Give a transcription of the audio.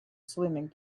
swimming